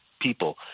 people